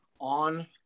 on